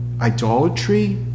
idolatry